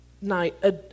night